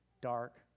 dark